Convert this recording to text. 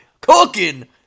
Cooking